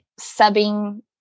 subbing